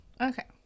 Okay